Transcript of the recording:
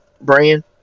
brand